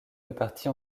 répartie